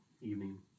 evening